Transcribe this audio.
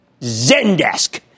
Zendesk